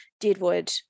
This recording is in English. Deadwood